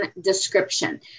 Description